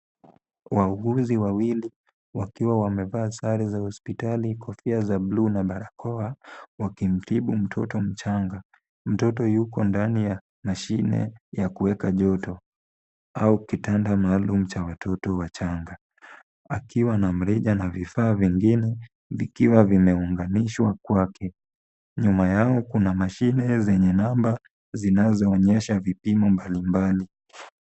Wauguzi wawili wakiwa wamevaa sare za hospitali, kofia za bluu na barakoa wakimtibu mtoto mchanga. Mtoto yuko ndani ya mashine ya kuweka joto au kitanda maalum cha watoto wachanga akiwa na mrija na vifaa vingine vikiwa vimeunganishwa kwake. Nyuma yao kuna mashine zenye number zinazoonyesha vipimo mbalimbali.